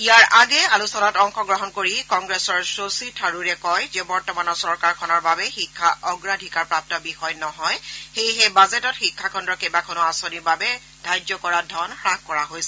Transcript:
ইয়াৰ আগেয়ে আলোচনাত অংশগ্ৰহণ কৰি কংগ্ৰেছৰ শশী থাৰুৰে কয় যে বৰ্তমানৰ চৰকাৰখনৰ বাবে শিক্ষা অগ্ৰাধিকাৰ প্ৰাপ্ত বিষয় নহয় সেয়েহে বাজেটত শিক্ষাখণ্ডৰ কেইবাখনো আঁচনিৰ বাবে ধাৰ্য কৰা ধন হাস কৰা হৈছে